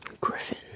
Griffin